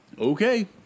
Okay